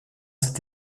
cet